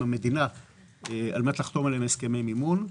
המדינה על מנת לחתום על הסכמי מימון.